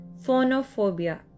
Phonophobia